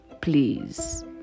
please